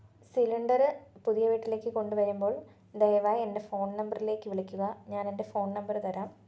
cylinder പുതിയ വീട്ടിലേക്ക് കൊണ്ടുവരുമ്പോള് ദയവായി എന്റെ ഫോണ് നമ്പറിലേക്ക് വിളിക്കുക ഞാനെന്റെ ഫോണ് നമ്പറ് തരാം